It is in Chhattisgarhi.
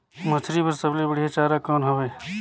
मछरी बर सबले बढ़िया चारा कौन हवय?